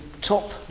top